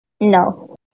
No